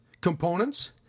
Components